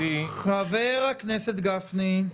-- כייעוץ משפטי -- חבר הכנסת גפני.